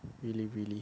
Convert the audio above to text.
really really